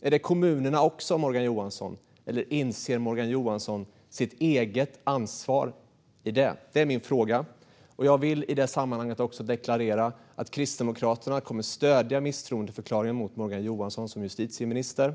Är det kommunerna där också, Morgan Johansson, eller inser Morgan Johansson sitt eget ansvar? Det är min fråga. Jag vill i detta sammanhang deklarera att Kristdemokraterna kommer att stödja misstroendeförklaringen mot Morgan Johansson som justitieminister.